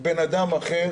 בן אדם אחר